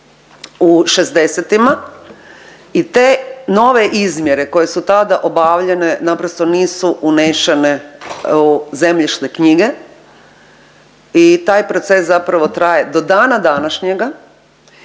u 60-ima i te nove izmjere koje su tada obavljene naprosto nisu unesene u zemljišne knjige i taj proces zapravo traje do dana današnjega.